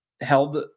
held